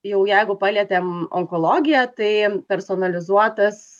jau jeigu palietėm onkologiją tai personalizuotas